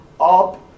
up